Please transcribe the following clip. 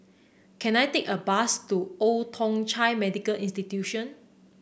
can I take a bus to Old Thong Chai Medical Institution